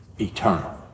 eternal